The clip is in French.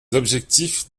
objectifs